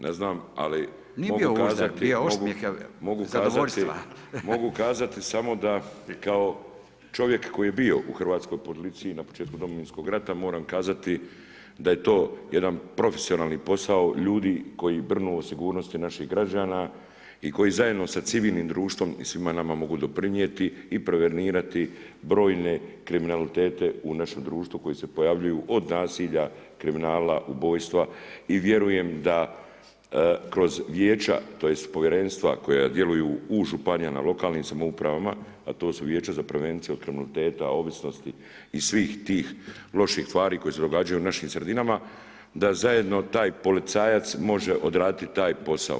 Ne znam, ali mogu kazati [[Upadica Radin: Nije bio uzdah, bio je osmijeh zadovoljstva.]] mogu kazati samo da kao čovjek koji je bio u hrvatskoj policiji na početku domovinskog rata, moram kazati da je to jedan profesionalni posao ljudi koji brinu o sigurnosti naših građana i koji zajedno sa civilnim društvom i svima nama mogu doprinijeti i prevenirati brojne kriminalitete u našem društvu koji se pojavljuju od nasilja, kriminala, ubojstva i vjerujem da kroz vijeća tj. povjerenstva koja djeluju u županijama, lokalnim samoupravama, a to vijeća za prevenciju od kriminaliteta, ovisnosti i svih tih loših stvari koje se događaju u našim sredinama, da zajedno taj policajac može odraditi taj posao.